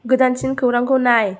गोदानसिन खौरांखौ नाय